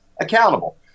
accountable